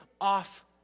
off